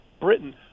britain